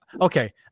okay